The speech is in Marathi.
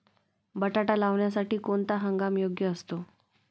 बटाटा लावण्यासाठी कोणता हंगाम योग्य असतो?